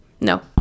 No